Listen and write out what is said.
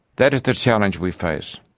that is the challenge we face.